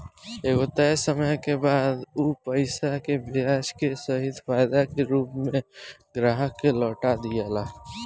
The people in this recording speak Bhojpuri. एगो तय समय के बाद उ पईसा के ब्याज के सहित फायदा के रूप में ग्राहक के लौटा दियाला